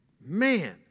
Man